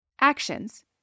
Actions